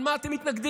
למה אתם מתנגדים?